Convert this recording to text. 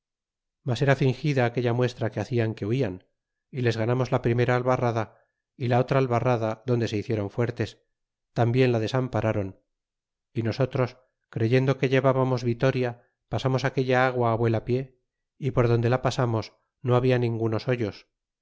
mas era fingida aquella muestra que hacian que huian y les ganamos la primera albarrada y la otra albarrada donde se hicieron fuertes tambien la desamparron y nosotros creyendo que llevábamos vitoria pasamos aquella agua vuela pie y por donde la pasamos no habla ningunos hoyos